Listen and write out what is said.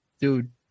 Dude